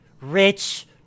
rich